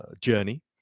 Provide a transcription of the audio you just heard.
journey